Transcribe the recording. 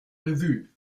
revue